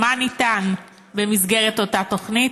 מה ניתן במסגרת אותה תוכנית?